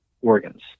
organs